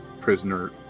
prisoner